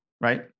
Right